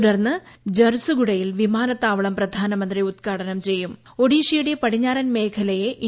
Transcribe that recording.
തുടർന്ന് ഝർസൂഗുഡയിൽ വിമാനത്താവളം പ്രധാനമന്ത്രി ഉദ്ഘാടനം ഒഡീഷയുടെ പടിഞ്ഞാറൻ മേഖലയെ ചെയ്യും